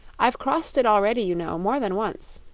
i've crossed it already, you know, more than once.